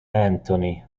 anthony